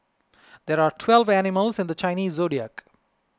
there are twelve animals in the Chinese zodiac